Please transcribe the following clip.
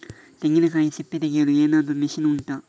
ತೆಂಗಿನಕಾಯಿ ಸಿಪ್ಪೆ ತೆಗೆಯಲು ಏನಾದ್ರೂ ಮಷೀನ್ ಉಂಟಾ